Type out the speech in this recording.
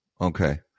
Okay